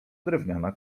drewniana